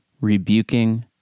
rebuking